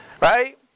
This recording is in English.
Right